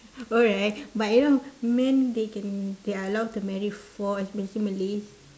alright but you know man they can they are allowed to marry four especially malays